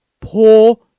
poor –